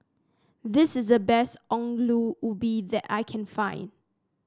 this is the best Ongol Ubi that I can find